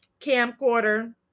camcorder